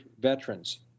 veterans